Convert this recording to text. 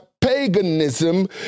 paganism